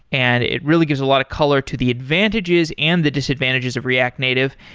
and it really gives a lot of color to the advantages and the disadvantages of react native.